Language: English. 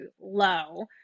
low